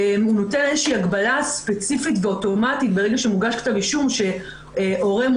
הוא נותן הגבלה ספציפית ואוטומטית ברגע שמוגש כתב אישום שהורה ---,